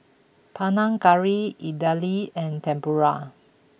Panang Curry Idili and Tempura